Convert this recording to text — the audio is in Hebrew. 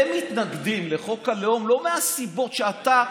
הם מתנגדים לחוק הלאום לא מהסיבות שאתה חושב.